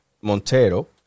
Montero